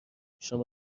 شما